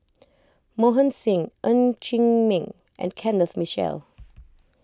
Mohan Singh Ng Chee Meng and Kenneth Mitchell